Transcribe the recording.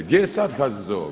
Gdje je sada HZZO?